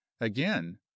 again